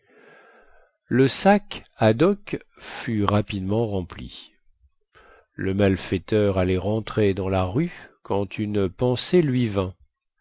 le sac ad hoc fut rapidement rempli le malfaiteur allait rentrer dans la rue quand une pensée lui vint